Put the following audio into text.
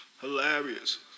Hilarious